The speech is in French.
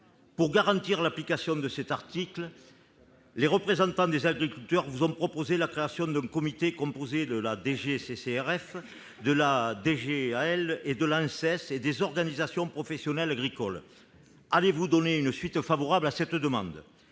Pour garantir l'application de cet article, les représentants des agriculteurs vous ont proposé la création d'un comité composé de la DGCCRF, de la DGAL, de l'Anses et des organisations professionnelles. Allez-vous donner une suite favorable à cette demande ?